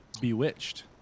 Bewitched